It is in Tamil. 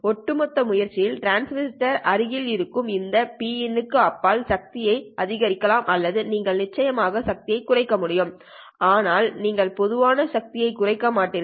ஒட்டுமொத்த முயற்சியில் டிரான்ஸ்மிட்டர் அருகில் இருக்கும் இந்த P̄in க்கு அப்பால் சக்தியை அதிகரிக்கலாம் அல்லது நீங்கள் நிச்சயமாக சக்தியைக் குறைக்க முடியும் ஆனால் நீங்கள் பொதுவாக சக்தி யைக் குறைக்க மாட்டீர்கள்